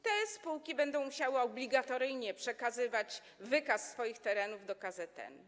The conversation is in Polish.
Te spółki będą musiały obligatoryjnie przekazywać wykaz swoich terenów do KZN.